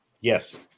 Yes